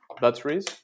batteries